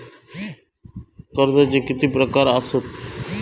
कर्जाचे किती प्रकार असात?